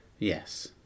Yes